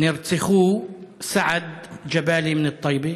נרצחו סעד ג'באלי מטייבה,